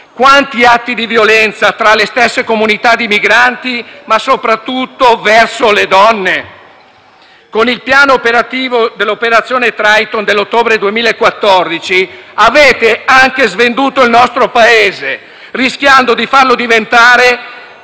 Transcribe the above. Quanti atti di violenza tra le stesse comunità di migranti, ma soprattutto verso le donne? Con il piano operativo dell'operazione Triton dell'ottobre 2014 avete anche svenduto il nostro Paese, rischiando di farlo diventare